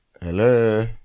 hello